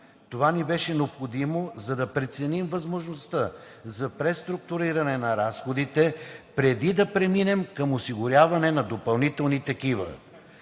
Това ни беше необходимо, за да преценим възможността за преструктуриране на разходите, преди да преминем към осигуряване на допълнителни такива.